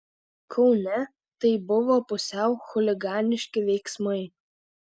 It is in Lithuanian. kaune tai buvo pusiau chuliganiški veiksmai